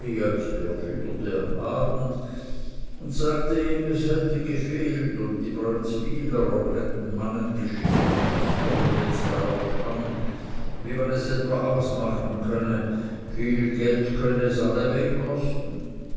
als der fütterte am abend und sagte ihm es hätte gefehlt und die brönzwylerer hätten mannen geschickt und es komme jetzt darauf an wie man es etwa ausmachen könne viel geld könnte es allweg kosten